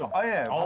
i am